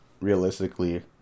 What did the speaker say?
realistically